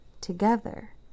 together